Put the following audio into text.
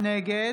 נגד